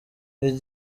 icyo